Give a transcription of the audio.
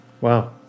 Wow